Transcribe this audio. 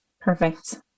Perfect